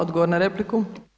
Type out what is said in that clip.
Odgovor na repliku.